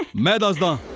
madonna.